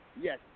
yes